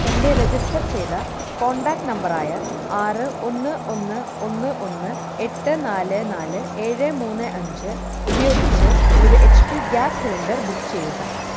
എൻ്റെ രജിസ്റ്റർ ചെയ്ത contact number ആയ ആറ് ഒന്ന് ഒന്ന് ഒന്ന് ഒന്ന് എട്ട് നാല് നാല് ഏഴ് മൂന്ന് അഞ്ച് ഉപയോഗിച്ച് ഒരു H P gas cylinder book ചെയ്യുക